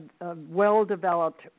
well-developed